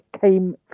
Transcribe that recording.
came